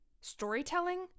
storytelling